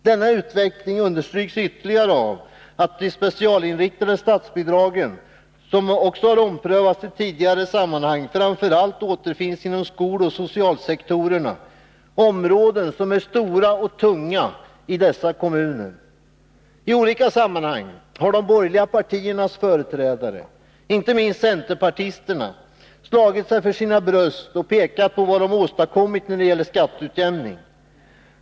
Denna utveckling understryks ytterligare av att de specialriktade statsbidragen, som också har omprövats i tidigare sammanhang, framför allt återfinns inom skoloch socialsektorerna, områden som är stora och tunga i dessa kommuner. I olika sammanhang har de borgerliga partiernas företrädare, inte minst centerpartisterna, slagit sig för sina bröst och pekat på vad de har åstadkommit när det gäller skatteutjämning.